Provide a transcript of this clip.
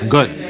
Good